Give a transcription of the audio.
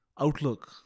outlook